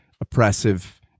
oppressive